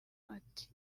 ati